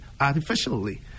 artificially